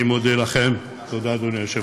אני מודה לכם, תודה, אדוני היושב-ראש.